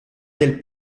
del